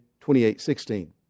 28.16